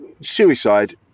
suicide